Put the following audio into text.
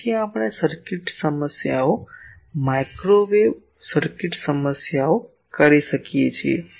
તેથી આપણે સર્કિટ સમસ્યાઓ માઇક્રોવેવ સર્કિટ સમસ્યાઓ કરી શકીએ છીએ